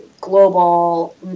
global